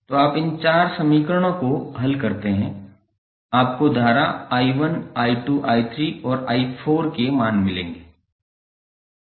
तो आप इन चार समीकरणों को हल करते हैं आपको धारा 𝑖1 𝑖2 𝑖3 और 𝑖4 के मान मिलेंगे